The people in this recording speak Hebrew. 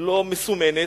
לא מסומנת.